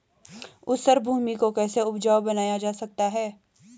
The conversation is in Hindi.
ऊसर भूमि को कैसे उपजाऊ बनाया जा सकता है?